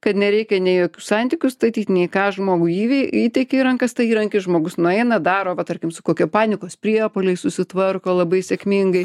kad nereikia nei santykių statyt nei ką žmogui yviai įteikei į rankas tai įrankis žmogus nueina daro va tarkim su kokiu panikos priepuoliai susitvarko labai sėkmingai